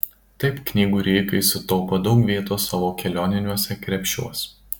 taip knygų rijikai sutaupo daug vietos savo kelioniniuose krepšiuos